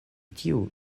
tiu